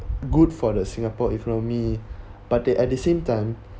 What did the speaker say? good for the singapore economy but at the same time